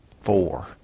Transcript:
four